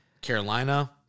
Carolina